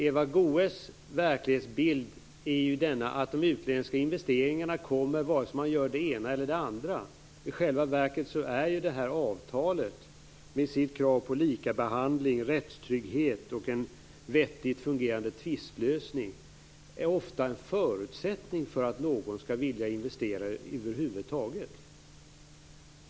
Eva Goës verklighetsbild är ju att de utländska investeringarna kommer oavsett om man gör det ena eller det andra. I själva verket är det här avtalet, med sitt krav på likabehandling, rättstrygghet och en vettigt fungerande tvistlösning, ofta en förutsättning för att någon skall vilja investera över huvud taget.